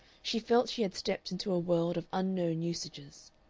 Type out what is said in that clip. she felt she had stepped into a world of unknown usages.